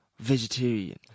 Vegetarian